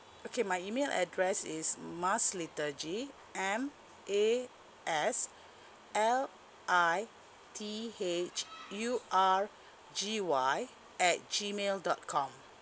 okay my email address is maslithurgy M A S L I T H U R G Y at G mail dot com